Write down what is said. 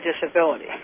disability